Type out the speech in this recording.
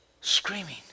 screaming